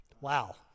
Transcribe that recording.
wow